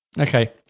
Okay